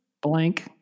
blank